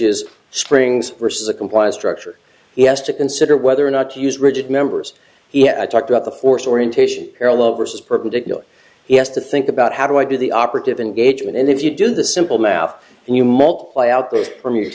is springs versus a compliance structure he has to consider whether or not to use rigid members he talked about the force orientation parallel versus perpendicular yes to think about how do i do the operative engagement and if you do the simple math and you multiply out those for m